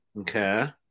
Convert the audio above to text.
Okay